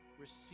receive